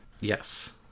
Yes